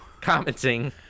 Commenting